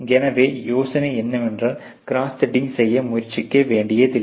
ஏனவே யோசனை என்னவென்றால் cross threading செய்ய முயற்சிக்க வேண்டியதில்லை